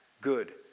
good